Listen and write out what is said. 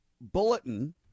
bulletin